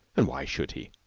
and why should he?